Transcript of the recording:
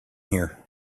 here